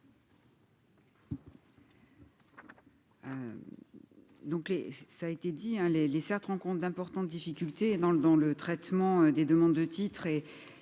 Merci,